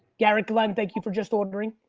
garrett glenn, thank you for just ordering.